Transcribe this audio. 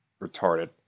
retarded